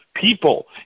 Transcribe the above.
people